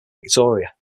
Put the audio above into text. victoria